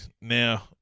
now